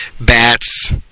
bats